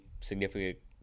significant